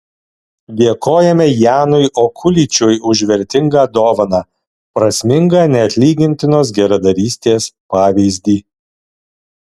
dėkojame janui okuličiui už vertingą dovaną prasmingą neatlygintinos geradarystės pavyzdį